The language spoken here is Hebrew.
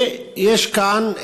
ויש כאן,